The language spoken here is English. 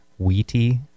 wheaty